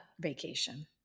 Vacation